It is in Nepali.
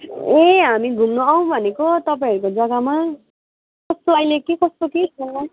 ए हामी घुम्नु आउँ भनेको तपाईँहरूको जग्गामा कस्तो अहिले के कस्तो के छ